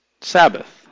Sabbath